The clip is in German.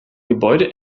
gebäude